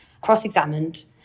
cross-examined